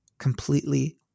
completely